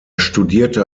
studierte